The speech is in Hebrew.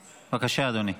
בבקשה, אדוני.